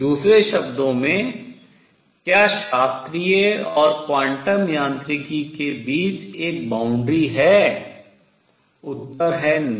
दूसरे शब्दों में क्या शास्त्रीय और क्वांटम यांत्रिकी के बीच एक boundary सीमा है उत्तर है नहीं